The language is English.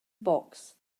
box